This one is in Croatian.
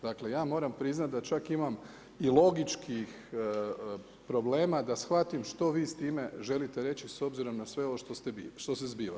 Dakle ja moram priznati da čak imam i logičkih problema da shvatim što vi s time želite reći s obzirom na sve ovo što se zbiva.